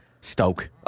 Stoke